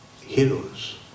heroes